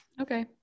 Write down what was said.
okay